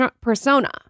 persona